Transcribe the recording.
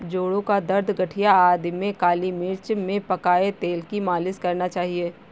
जोड़ों का दर्द, गठिया आदि में काली मिर्च में पकाए तेल की मालिश करना चाहिए